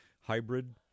hybrid